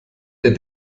der